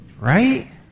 Right